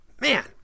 Man